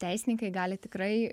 teisininkai gali tikrai